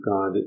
God